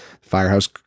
Firehouse